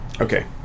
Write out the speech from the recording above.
Okay